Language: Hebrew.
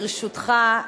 ברשותך,